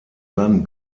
land